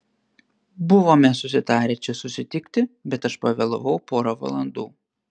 buvome susitarę čia susitikti bet aš pavėlavau pora valandų